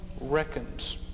reckons